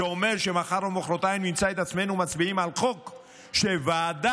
זה אומר שמחר או מוחרתיים נמצא את עצמנו מצביעים על חוק שוועדה